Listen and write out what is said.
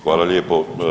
Hvala lijepo.